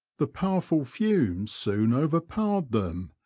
the powerful fumes soon overpowered them,